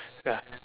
ya